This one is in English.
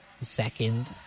Second